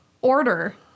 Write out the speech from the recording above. order